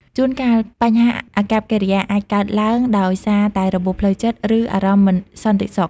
ជួនកាលបញ្ហាអាកប្បកិរិយាអាចកើតឡើងដោយសារតែរបួសផ្លូវចិត្ត ឬអារម្មណ៍មិនសន្តិសុខ។